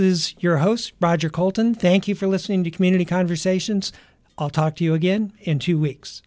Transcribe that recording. is your host roger coulton thank you for listening to community conversations i'll talk to you again in two weeks